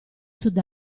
sud